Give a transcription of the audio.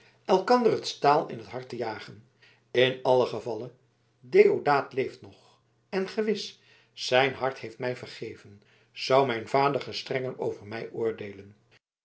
elkander het staal in t hart te jagen in allen gevalle deodaat leeft nog en gewis zijn hart heeft mij vergeven zou mijn vader gestrenger over mij oordeelen